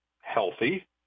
healthy